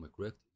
correct